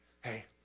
hey